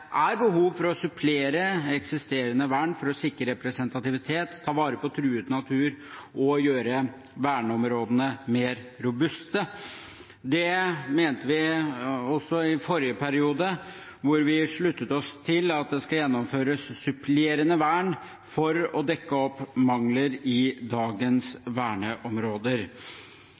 er behov for å supplere eksisterende vern for å sikre representativitet, ta vare på truet natur og gjøre verneområdene mer robuste. Det mente vi også i forrige periode, hvor vi sluttet oss til forslaget om at det skal gjennomføres supplerende vern for å dekke opp mangler i dagens verneområder.